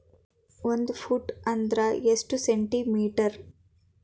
ಒಂದು ಫೂಟ್ ಅಂದ್ರ ಎಷ್ಟು ಸೆಂಟಿ ಮೇಟರ್?